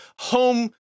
home